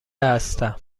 هستم